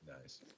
Nice